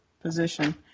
position